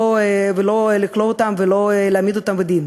ולא לכלוא אותם ולא להעמיד אותם לדין.